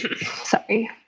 sorry